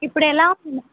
ఇప్పుడెలా ఉంది మ్యామ్